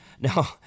now